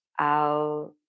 out